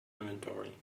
inventory